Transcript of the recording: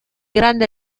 grande